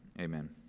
amen